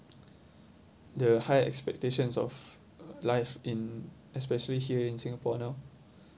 the high expectations of life in especially here in singapore now